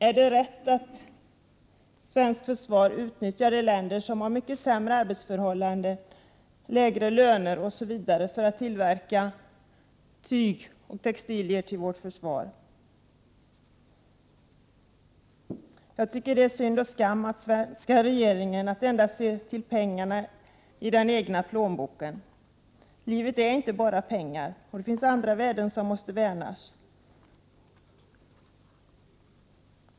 Är det rätt att svenskt försvar utnyttjar de länder som har mycket sämre arbetsförhållanden, lägre löner osv. för att tillverka tyg och textilier till vårt försvar? Jag tycker att det är synd och skam att den svenska regeringen endast ser till pengarna i den egna plånboken. Livet är inte bara pengar. Det finns andra värden som måste värnas.